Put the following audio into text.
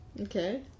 Okay